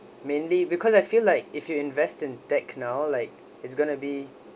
mainly because I feel like if you invest in tech now like it's going be